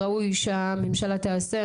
ראוי שהממשלה תעשה,